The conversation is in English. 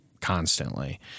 constantly